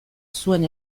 zuen